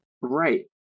right